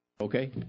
Okay